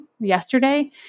yesterday